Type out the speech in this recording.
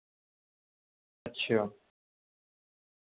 اچھا